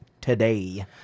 today